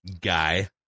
Guy